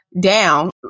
down